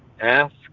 ask